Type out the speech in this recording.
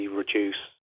reduce